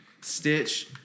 Stitch